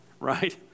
right